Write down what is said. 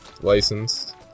Licensed